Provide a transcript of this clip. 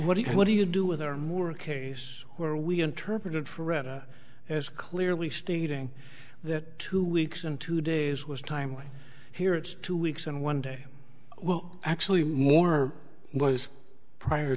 what do you what do you do with it or more a case where we interpreted forever as clearly stating that two weeks and two days was time way here it's two weeks and one day well actually more was prior